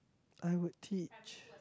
I would teach